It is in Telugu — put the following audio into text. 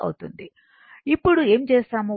అవుతుంది ఇప్పుడు ఏమి చేస్తాము